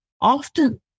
often